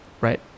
right